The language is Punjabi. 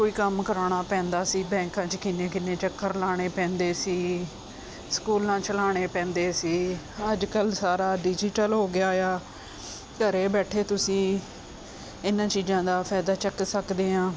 ਕੋਈ ਕੰਮ ਕਰਵਾਉਣਾ ਪੈਂਦਾ ਸੀ ਬੈਂਕਾਂ 'ਚ ਕਿੰਨੇ ਕਿੰਨੇ ਚੱਕਰ ਲਾਉਣੇ ਪੈਂਦੇ ਸੀ ਸਕੂਲਾਂ 'ਚ ਲਾਉਣੇ ਪੈਂਦੇ ਸੀ ਅੱਜ ਕੱਲ੍ਹ ਸਾਰਾ ਡਿਜੀਟਲ ਹੋ ਗਿਆ ਆ ਘਰ ਬੈਠੇ ਤੁਸੀਂ ਇਹਨਾਂ ਚੀਜ਼ਾਂ ਦਾ ਫਾਇਦਾ ਚੱਕ ਸਕਦੇ ਆਂ